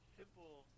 simple